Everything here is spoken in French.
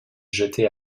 jetés